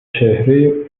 چهره